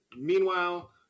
Meanwhile